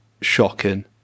shocking